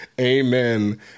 Amen